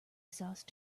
exhaust